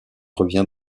revient